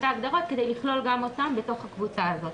ההגדרות כדי לכלול גם אותם בתוך הקבוצה הזאת.